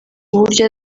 uburyo